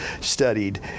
studied